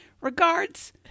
Regards